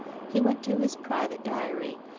he went to his private diary,